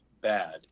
bad